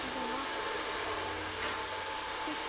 असं का ठीक